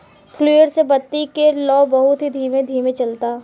fluid से बत्ती के लौं बहुत ही धीमे धीमे जलता